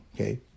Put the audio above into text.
okay